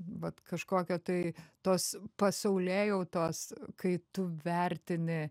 vat kažkokio tai tos pasaulėjautos kai tu vertini